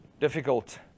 difficult